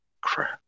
crap